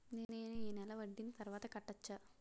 నేను ఈ నెల వడ్డీని తర్వాత కట్టచా?